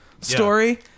Story